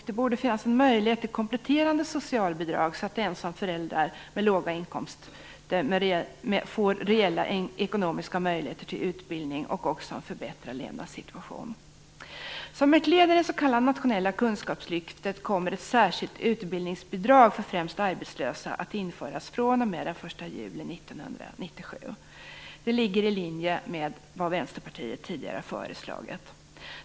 Det borde finnas en möjlighet att få kompletterande socialbidrag, så att ensamstående föräldrar med låga inkomster får reella ekonomiska möjligheter till utbildning och också en förbättrad levnadssituation. Som ett led i det s.k. nationella Kunskapslyftet kommer ett särskilt utbildningsbidrag för främst arbetslösa att införas den 1 juli 1997. Det ligger i linje med vad Vänsterpartiet tidigare har föreslagit.